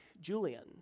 Julian